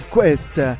Quest